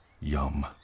Yum